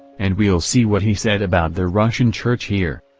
and we'll see what he said about the russian church here.